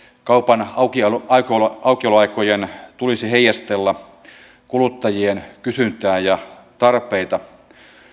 kaupan aukioloaikojen aukioloaikojen tulisi heijastella kuluttajien kysyntää ja tarpeita